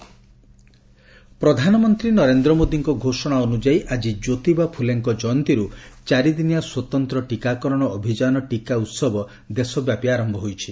ଚିକା ଉତ୍ସବ ପ୍ରଧାନମନ୍ତ୍ରୀ ନରେନ୍ଦ୍ର ମୋଦିଙ୍କ ଘୋଷଣା ଅନୁଯାୟୀ ଆଜି ଜ୍ୟୋତିବା ଫୁଲେଙ୍କ ଜୟନ୍ତୀରୁ ଚାରିଦିନିଆ ସ୍ୱତନ୍ତ ଟିକାକରଣ ଅଭିଯାନ 'ଟିକା ଉହବ' ଦେଶବ୍ୟାପୀ ଆରୟ ହୋଇଛି